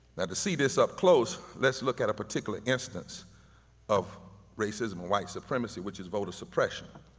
now, to see this up close, let's look at a particular instance of racism and white supremacy which is voter suppression.